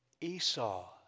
Esau